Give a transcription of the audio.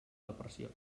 depressió